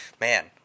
man